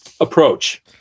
approach